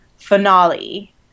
finale